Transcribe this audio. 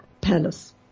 palace